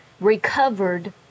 recovered